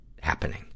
happening